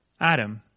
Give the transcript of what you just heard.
Adam